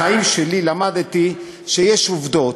בחיים שלי למדתי שיש עובדות,